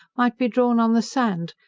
might be drawn on the sand,